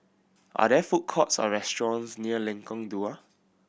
are there food courts or restaurants near Lengkong Dua